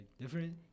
different